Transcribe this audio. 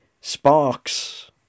sparks